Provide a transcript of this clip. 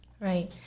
right